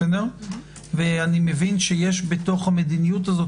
אני מבין שיש בתוך המדיניות הזו,